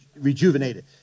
rejuvenated